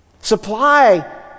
supply